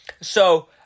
So-